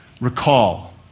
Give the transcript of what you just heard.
Recall